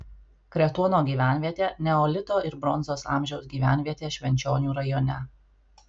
kretuono gyvenvietė neolito ir bronzos amžiaus gyvenvietė švenčionių rajone